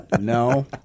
no